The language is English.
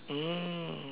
mm